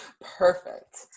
Perfect